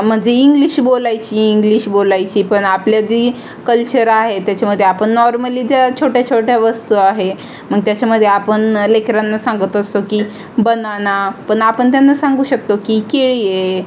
म्हणजे इंग्लिश बोलायची इंग्लिश बोलायची पण आपले जी कल्चर आहे त्याच्यामध्ये आपण नॉर्मली ज्या छोट्या छोट्या वस्तू आहे मग त्याच्यामध्ये आपण लेकरांना सांगत असतो की बनाना पण आपण त्यांना सांगू शकतो की केळी आहे